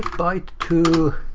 byte two.